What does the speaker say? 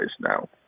now